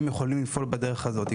הם יכולים לפעול בדרך הזאת.